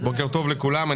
בוקר טוב לכולם,